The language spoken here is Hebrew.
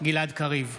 גלעד קריב,